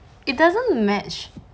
it doesn't match